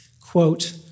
Quote